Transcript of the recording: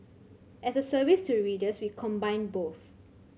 as a service to readers we combine both